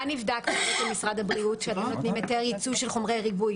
מה אתם בודקים כשאתם נותנים היתר ייצוא של חומרי ריבוי?